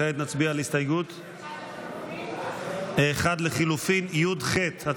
כעת נצביע על הסתייגות 1 לחלופין י"ח.